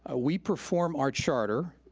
ah we perform our charter,